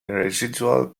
residual